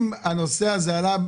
אם אתה רואה שלא הוספתי,